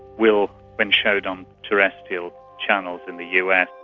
will, when showed on terrestrial channels in the us,